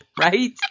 Right